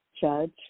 judge